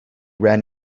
ran